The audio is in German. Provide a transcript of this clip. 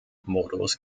modus